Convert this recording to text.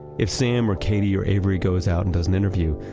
if sam or katie or avery goes out and does an interview,